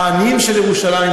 העניים של ירושלים,